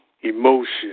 Emotion